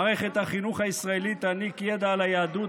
מערכת החינוך הישראלית תעניק ידע על היהדות,